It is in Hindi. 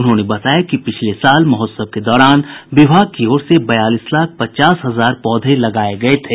उन्होंने बताया कि पिछले साल महोत्सव के दौरान विभाग की ओर से बयालीस लाख पचास हजार पौधे लगाये गये थे